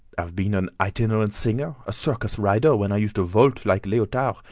i've been an itinerant singer, a circus-rider, when i used to vault like leotard,